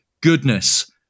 goodness